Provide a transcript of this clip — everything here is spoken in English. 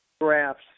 graphs